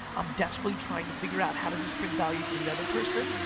i'm desperately trying to figure out how does this bring value for the other person,